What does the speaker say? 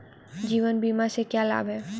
जीवन बीमा से क्या लाभ हैं?